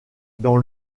dans